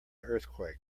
earthquake